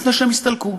לפני שהם יסתלקו,